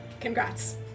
congrats